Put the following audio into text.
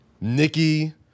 nikki